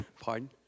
Pardon